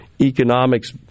economics